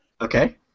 Okay